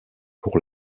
pour